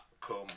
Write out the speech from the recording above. come